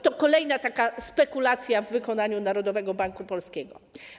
To kolejna taka spekulacja w wykonaniu Narodowego Banku Polskiego.